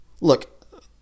Look